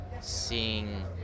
seeing